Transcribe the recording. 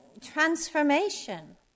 transformation